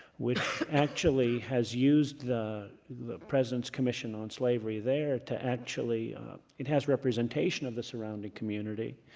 which actually has used the the president's commission on slavery there to actually it has representation of the surrounding community,